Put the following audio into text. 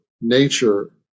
nature